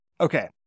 Okay